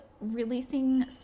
releasing